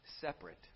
separate